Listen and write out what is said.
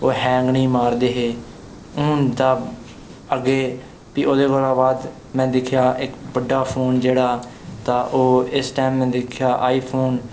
ओह् हैंग निं मारदे हे हून तां अग्गै प्ही ओह्दे कोला बाद में दिक्खेआ हा इक्क बड्डा फोन जेह्ड़ा बड्डा तां ओह् इस टैम दे बिच दिक्खे जा तां आईफोन